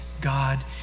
God